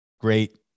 great